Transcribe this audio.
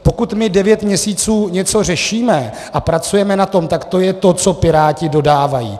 Pokud my devět měsíců něco řešíme a pracujeme na tom, tak to je to, co Piráti dodávají.